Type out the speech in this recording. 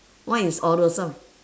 what is awesome